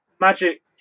Magic